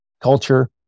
culture